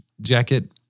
jacket